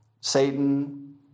Satan